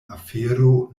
afero